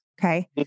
Okay